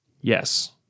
yes